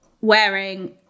wearing